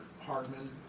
Hardman